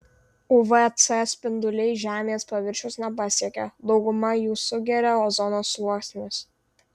uv c spinduliai žemės paviršiaus nepasiekia daugumą jų sugeria ozono sluoksnis